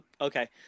okay